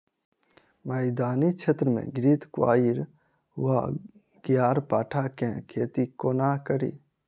मैदानी क्षेत्र मे घृतक्वाइर वा ग्यारपाठा केँ खेती कोना कड़ी?